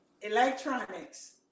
Electronics